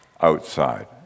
outside